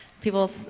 people